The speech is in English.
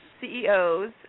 CEOs